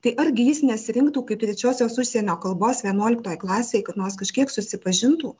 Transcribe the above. tai argi jis nesirinktų kaip trečiosios užsienio kalbos vienuoliktoj klasėj kad nors kažkiek susipažintų